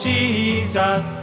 Jesus